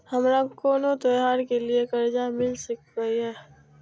हमारा कोनो त्योहार के लिए कर्जा मिल सकीये?